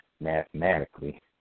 mathematically